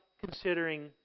considering